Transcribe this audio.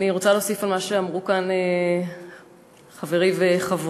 אני רוצה להוסיף על מה שאמרו כאן חברי וחברותי.